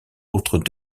autres